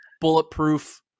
bulletproof